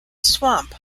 swamp